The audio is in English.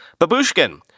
Babushkin